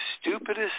stupidest